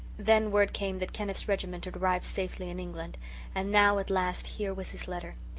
then word came that kenneth's regiment had arrived safely in england and now, at last, here was his letter.